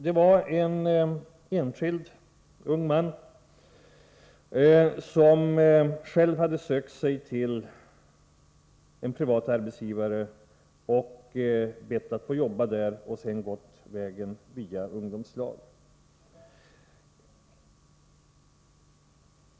Det var en ung man som själv hade sökt sig till en privat arbetsgivare och bett att få jobba där, och sedan gick han vägen över ungdomslag.